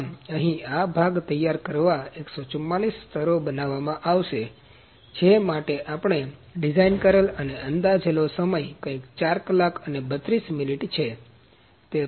આમ અહી આ ભાગ તૈયાર કરવા 144 સ્તરો બનાવવામાં આવશે જે માટે આપણે ડિઝાઇન કરેલ અને અંદાજેલો સમય કંઈક ૪ કલાક અને 32 મિનિટ છે